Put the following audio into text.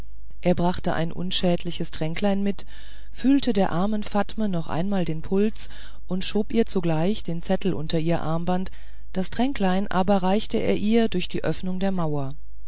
er brachte ein unschädliches tränklein mit fühlte der kranken fatme noch einmal den puls und schob ihr zugleich den zettel unter ihr armband das tränklein aber reichte er ihr durch die öffnung in der mauer